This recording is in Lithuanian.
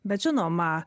bet žinoma